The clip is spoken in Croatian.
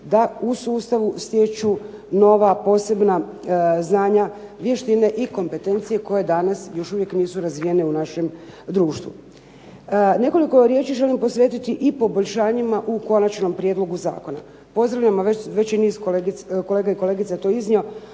da u sustavu stječu nova posebna znanja, vještine i kompetencije koje još uvijek danas nisu razvijene u našem društvu. Nekoliko riječi želim posvetiti i poboljšanjima u konačnom prijedlogu zakona. Pozdravljamo veći niz kolega i kolegica je to iznio,